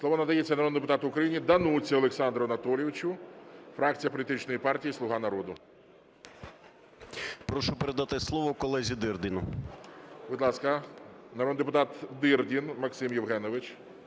Слово надається народному депутату України Дануці Олександру Анатолійовичу, фракція політичної партії "Слуга народу". 10:59:39 ДАНУЦА О.А. Прошу передати слово колезі Дирдіну. ГОЛОВУЮЧИЙ. Будь ласка, народний депутат Дирдін Максим Євгенович.